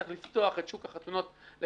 צריך לפתוח את שוק החתונות לתחרות.